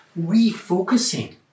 refocusing